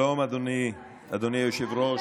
שלום, אדוני היושב-ראש.